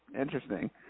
Interesting